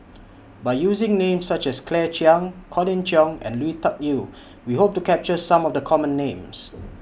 By using Names such as Claire Chiang Colin Cheong and Lui Tuck Yew We Hope to capture Some of The Common Names